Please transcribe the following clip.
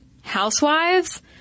housewives